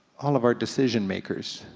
all of our decision makers,